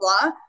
blah